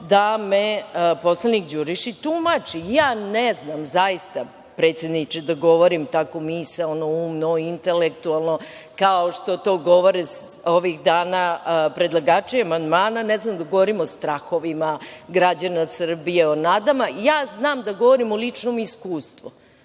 da me poslanik Đurišić tumači. Ja ne znam zaista predsedniče da govorim tako misaono, umno, intelektualno, kao što govore ovih dana predlagači amandmana. Ne znam da govorim o strahovima građana Srbije, o nadama, ja znam da govorim o ličnom iskustvu.